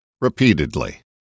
repeatedly